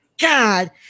God